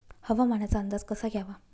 हवामानाचा अंदाज कसा घ्यावा?